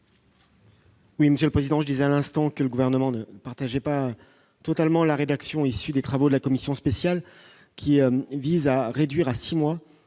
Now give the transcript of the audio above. Oui, Monsieur le Président, je disais à l'instant que le gouvernement ne partageait pas totalement la rédaction issue des travaux de la commission spéciale qui vise à réduire à 6 mois